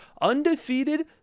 Undefeated